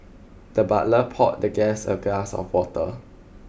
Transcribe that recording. the butler poured the guest a glass of water